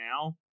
now